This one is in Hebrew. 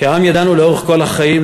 כעם ידענו לאורך כל החיים,